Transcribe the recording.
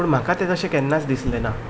पूण म्हाका तें तशें केन्नाच दिसलें ना